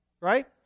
right